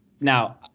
Now